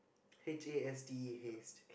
H A S T E haste